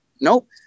nope